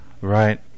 Right